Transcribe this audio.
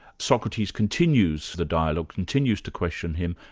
socrates continues the d ialogue, continues to question him,